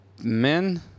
Men